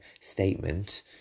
statement